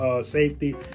safety